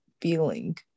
feeling